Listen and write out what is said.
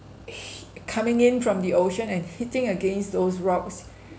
coming in from the ocean and hitting against those rocks